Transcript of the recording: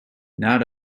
not